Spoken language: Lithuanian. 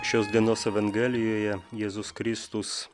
šios dienos evangelijoje jėzus kristus